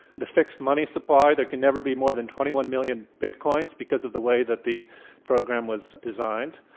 the fixed money supply. there can never be more than twenty one million bitcoins because of the way that the program was designed.